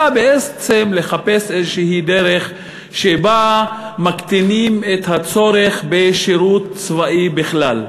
אלא בעצם לחפש איזושהי דרך שבה מקטינים את הצורך בשירות צבאי בכלל.